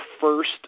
first